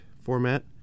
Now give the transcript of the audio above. format